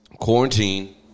quarantine